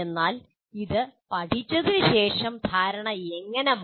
എന്നാൽ ഇത് പഠിച്ചതിനുശേഷം ധാരണ എങ്ങനെ മാറി